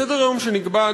בסדר-היום שנקבע,